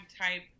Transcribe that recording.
type